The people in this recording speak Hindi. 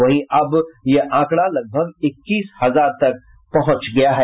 वहीं अब यह आंकडा लगभग इक्कीस हजार तक पहुंच गया है